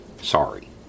Sorry